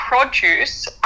produce